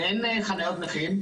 ואין חניות נכים,